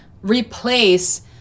replace